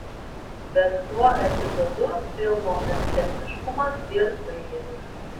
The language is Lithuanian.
bet tuo epizodu filmo ekscentriškumas ir baigiasi